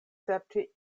serĉi